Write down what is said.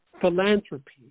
philanthropy